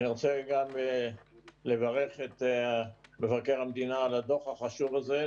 אני רוצה גם לברך את מבקר המדינה על הדוח החשוב הזה,